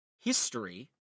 history